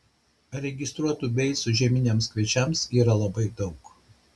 registruotų beicų žieminiams kviečiams yra labai daug